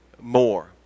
more